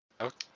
Okay